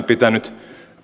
pitänyt